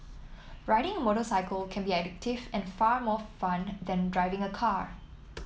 riding a motorcycle can be addictive and far more fun than driving a car